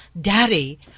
daddy